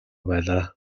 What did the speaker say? байлаа